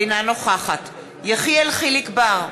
אינה נוכחת יחיאל חיליק בר,